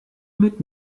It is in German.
mit